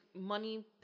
Money